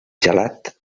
gelat